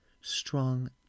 strong